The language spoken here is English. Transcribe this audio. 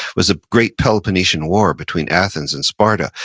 was a great peloponnesian war between athens and sparta,